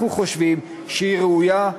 אנחנו חושבים שהיא ראויה,